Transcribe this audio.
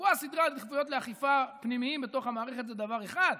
לקבוע סדרי עדיפויות פנימיים לאכיפה בתוך המערכת זה דבר אחד,